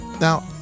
Now